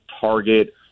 Target